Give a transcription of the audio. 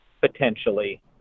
potentially